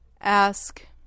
Ask